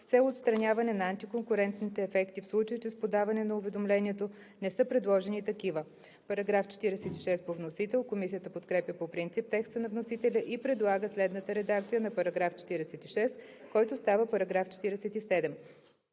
с цел отстраняване на антиконкурентните ефекти, в случай че с подаване на уведомлението не са предложени такива.“ Комисията подкрепя по принцип текста на вносителя и предлага следната редакция на § 46, който става § 47: „§ 47.